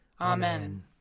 Amen